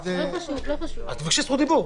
אז תבקשי זכות דיבור.